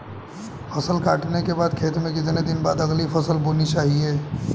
फसल काटने के बाद खेत में कितने दिन बाद अगली फसल बोनी चाहिये?